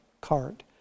cart